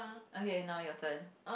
okay now your turn